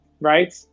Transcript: right